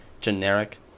generic